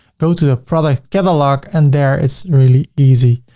go to the product catalog and there it's really easy.